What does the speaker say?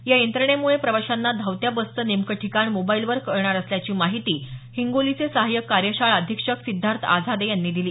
या यंत्रणेमुळे प्रवाशांना धावत्या बसचं नेमकं ठिकाण मोबाईलवर कळणार असल्याची माहिती हिंगोलीचे सहायक कार्यशाळा अधीक्षक सिद्धार्थ आझादे यांनी दिली